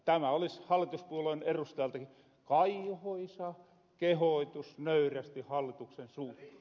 tämä olis hallituspuolueen erustajaltaki kaihoisa kehotus nöyrästi hallituksen suuntaan